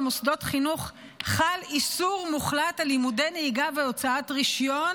במוסדות חינוך חל איסור מוחלט של לימודי נהיגה והוצאת רישיון